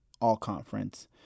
all-conference